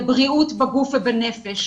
לבריאות בגוף ובנפש.